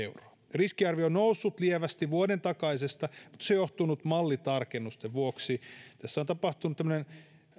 riskiarvio on noussut lievästi vuoden takaisesta mutta se on johtunut mallitarkennuksista tässä on tapahtunut tämmöinen